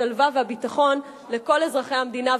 השלווה והביטחון לכל אזרחי המדינה,